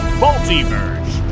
multiverse